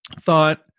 thought